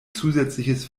zusätzliches